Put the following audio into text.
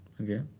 Okay